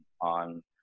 on